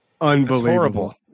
Unbelievable